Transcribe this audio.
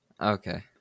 Okay